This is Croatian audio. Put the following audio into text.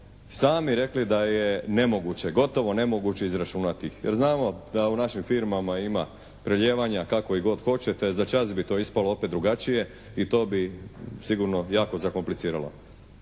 sami rekli da je nemoguće, gotovo nemoguće izračunati jer znamo da u našim firmama ima prelijevanja kakovih god hoćete, za čas bi to ispalo opet drugačije i to bi sigurno jako zakompliciralo.